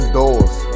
doors